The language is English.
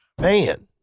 man